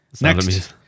Next